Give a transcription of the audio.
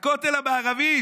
הכותל המערבי,